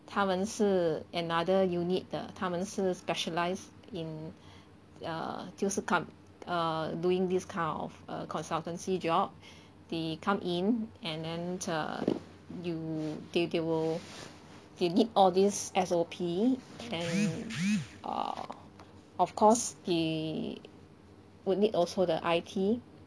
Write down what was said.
他们是 another unit 的他们是 specialise in err 就是 com~ err doing this kind of err consultancy job they come in and then err you they they wil they need all these S_O_P and err of course they would need also the I_T